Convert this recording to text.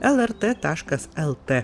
lrt taškas lt